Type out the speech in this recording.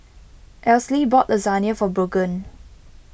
Esley bought Lasagne for Brogan